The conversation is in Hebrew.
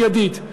מיידית,